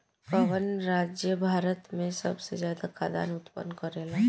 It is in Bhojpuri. कवन राज्य भारत में सबसे ज्यादा खाद्यान उत्पन्न करेला?